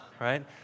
Right